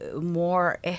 more